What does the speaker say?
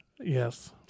yes